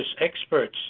experts